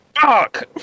Fuck